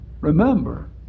Remember